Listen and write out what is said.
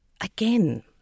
again